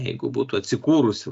jeigu būtų atsikūrus